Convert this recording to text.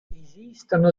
esistono